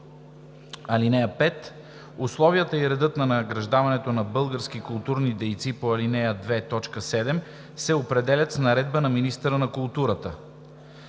(5) Условията и редът за награждаването на български културни дейци по ал. 2, т. 7 се определят с наредба на министъра на културата.“